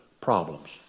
problems